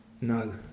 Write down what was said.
No